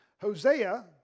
Hosea